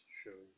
show